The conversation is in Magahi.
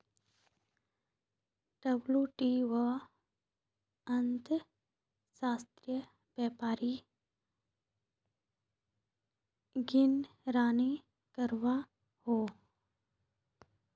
डब्लूटीओ अंतर्राश्त्रिये व्यापारेर निगरानी करोहो